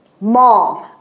mom